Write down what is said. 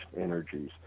energies